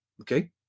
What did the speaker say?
Okay